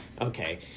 Okay